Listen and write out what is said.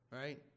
right